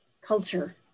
culture